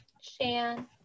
Shan